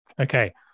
Okay